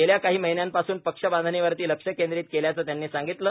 गेल्या काही महिन्यांपासून पक्षबांधणी वरती लक्ष केंद्रित केल्याचं त्यांनी सांगितलं